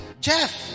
jeff